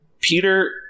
Peter